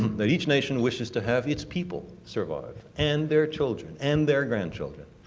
that each nation wishes to have its people survive. and their children. and their grandchildren.